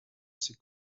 ses